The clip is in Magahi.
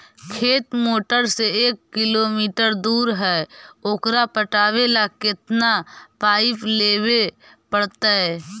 खेत मोटर से एक किलोमीटर दूर है ओकर पटाबे ल केतना पाइप लेबे पड़तै?